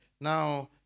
Now